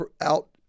out